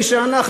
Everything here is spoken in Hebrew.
למי שאנחנו,